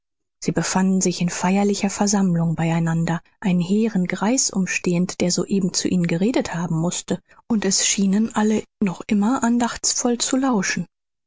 sie befanden sich in feierlicher versammlung bei einander einen hehren greis umstehend der soeben zu ihnen geredet haben mußte und es schienen alle noch immer andachtsvoll zu lauschen